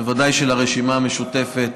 בוודאי של הרשימה המשותפת,